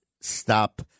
stop